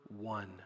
one